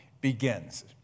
begins